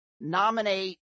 nominate